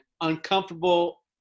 uncomfortable